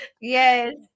Yes